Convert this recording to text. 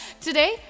Today